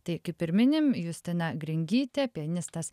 tai kaip ir minim justina gringytė pianistas